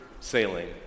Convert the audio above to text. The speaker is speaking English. sailing